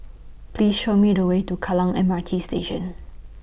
Please Show Me The Way to Kallang M R T Station